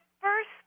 first